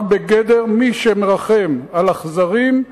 רק, בגדר מי שמרחם על אכזרים,